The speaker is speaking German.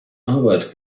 arbeit